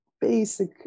basic